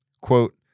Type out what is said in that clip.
Quote